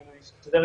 אני אשתדל.